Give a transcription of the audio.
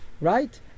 Right